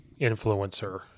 influencer